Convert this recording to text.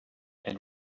and